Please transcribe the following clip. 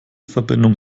verbindung